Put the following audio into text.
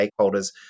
stakeholders